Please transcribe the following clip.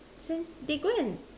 can they go and